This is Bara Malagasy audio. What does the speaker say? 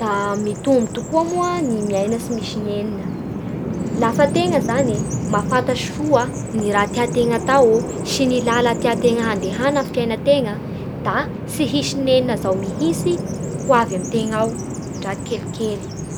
Da mitonbo tokoa moa ny maina tsy misy nenina lafa tegna zany mahafantatsy soa ny raha tiategna atao sy ny lala tiategna handehana amin'ny fiainategna da tsy misy nenina zao mihintsy ho avy amin'ny tegna ao ndra kelikely